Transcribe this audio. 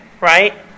right